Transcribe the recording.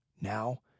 Now